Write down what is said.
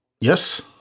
Yes